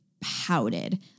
pouted